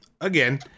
again